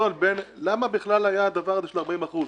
למה בכלל היה הדבר של ה-40%?